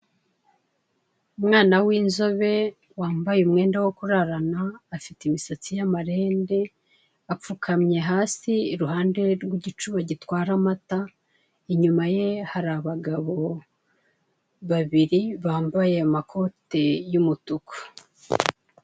Umwana winzobe wambaye umwenda wo kurarana afite imisatsi yamarende apfukamye hasi iruhande rwigicuba gitwara amata inyuma ye hari abagabo babiri bambaye amakote y'umutuku.